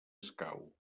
escau